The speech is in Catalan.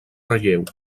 relleu